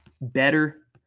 better